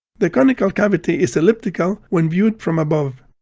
the conical cavity is elliptical when viewed from above.